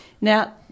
Now